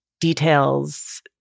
details